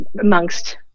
amongst